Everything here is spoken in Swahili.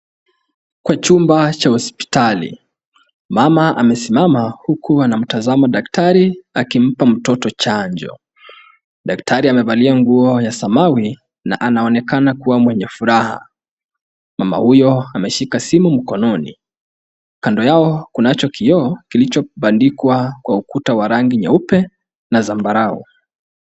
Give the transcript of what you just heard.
Kwa chumba cha hospitali. Mama amesimama huku anamtazama daktari akimpa mtoto chanjo. Daktari amevalia nguo ya samawi na anaonekana kuwa mwenye furaha. Mama huyo ameshika simu mkononi. Kando yao kunacho kioo kilichobandikwa kwa ukuta wa rangi nyeupe na zambarau.